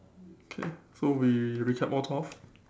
okay so we recap all twelve